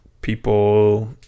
people